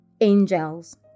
Angels